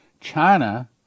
China